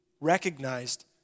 recognized